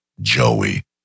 Joey